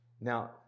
Now